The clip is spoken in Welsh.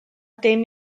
dim